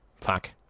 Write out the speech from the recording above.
Fuck